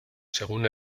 según